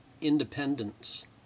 independence